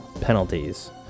penalties